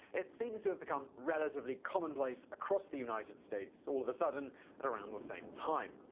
it seems to have become relatively commonplace across the united states all the sudden around the same time.